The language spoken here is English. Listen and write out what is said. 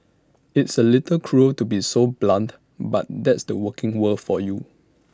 it's A little cruel to be so blunt but that's the working world for you